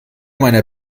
meiner